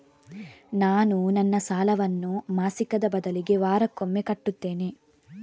ನಾನು ನನ್ನ ಸಾಲವನ್ನು ಮಾಸಿಕದ ಬದಲಿಗೆ ವಾರಕ್ಕೊಮ್ಮೆ ಕಟ್ಟುತ್ತೇನೆ